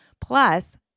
plus